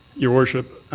your worship,